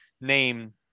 name